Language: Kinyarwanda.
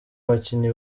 bakinnyi